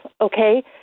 okay